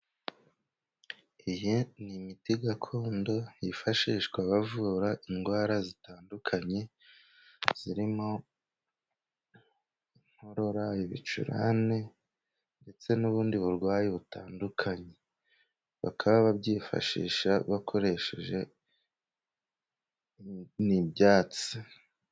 Iyi ni imiti gakondo yifashishwa bavura indwara zitandukanye zirimo inkorora, ibicurane, ndetse n'ubundi burwayi butandukanye, bakaba babyifashisha bakoresheje n'ibyatsi.